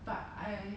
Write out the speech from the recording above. but I